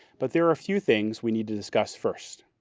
but there are a few things we need to discuss first.